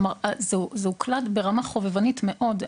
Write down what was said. כלומר, זה הוקלד ברמה חובבנית מאוד.